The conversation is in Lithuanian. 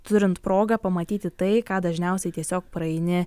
turint progą pamatyti tai ką dažniausiai tiesiog praeini